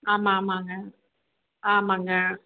ஆமாம் ஆமாங்க ஆமாங்க